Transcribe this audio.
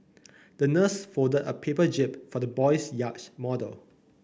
the nurse folded a paper jib for the boy's yacht model